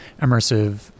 immersive